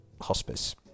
hospice